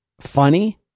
funny